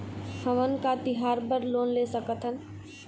हमन का तिहार बर लोन ले सकथन?